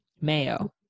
Mayo